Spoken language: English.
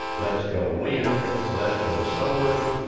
let's go wind, let's go solar,